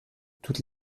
toutes